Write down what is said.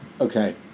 Okay